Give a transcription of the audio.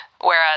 Whereas